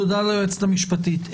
תודה ליועצת המשפטית.